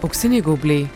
auksiniai gaubliai